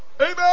Amen